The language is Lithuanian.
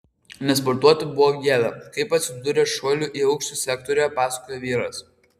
nesportuoti buvo gėda kaip atsidūrė šuolių į aukštį sektoriuje pasakoja vyras